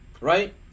Right